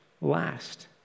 last